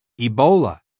Ebola